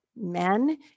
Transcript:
men